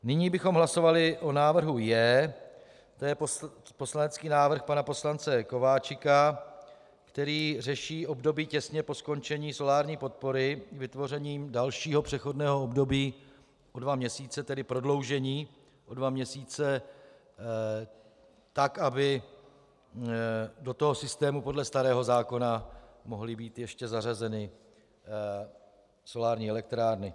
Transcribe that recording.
Nyní bychom hlasovali o návrhu J, to je poslanecký návrh pana poslance Kováčika, který řeší období těsně po skončení solární podpory vytvořením dalšího přechodného období o dva měsíce, tedy prodloužení o dva měsíce, tak aby do toho systému podle starého zákona mohly být ještě zařazeny solární elektrárny.